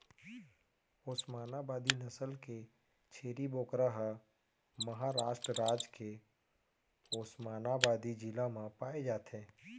ओस्मानाबादी नसल के छेरी बोकरा ह महारास्ट राज के ओस्मानाबादी जिला म पाए जाथे